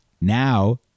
now